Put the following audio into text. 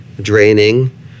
draining